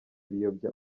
biyobya